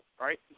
right